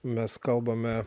mes kalbame